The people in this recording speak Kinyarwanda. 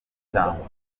cyangwa